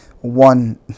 one